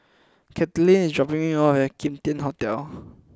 Katelynn is dropping me off at Kim Tian Hotel